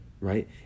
right